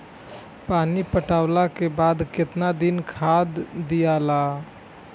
पानी पटवला के बाद केतना दिन खाद दियाला?